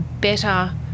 better